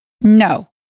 No